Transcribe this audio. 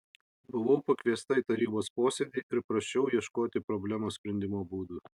buvau pakviesta į tarybos posėdį ir prašiau ieškoti problemos sprendimo būdų